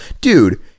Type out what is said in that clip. Dude